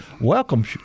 Welcome